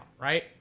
Right